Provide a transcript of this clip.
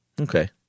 okay